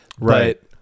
Right